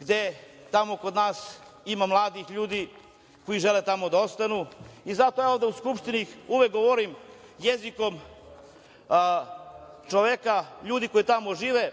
gde tamo kod nas ima mladih ljudi koji žele tamo da ostanu i zato ja ovde u Skupštini uvek govorim jezikom ljudi koji tamo žive.